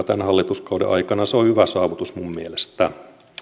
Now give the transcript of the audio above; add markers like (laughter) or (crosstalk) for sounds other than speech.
(unintelligible) tämän hallituskauden aikana se on hyvä saavutus minun mielestäni